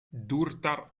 durtar